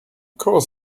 course